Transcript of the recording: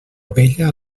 ovella